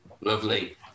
lovely